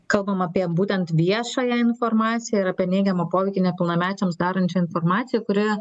kalbama apie būtent viešąją informaciją ir apie neigiamą poveikį nepilnamečiams darančią informaciją kuri